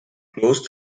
closed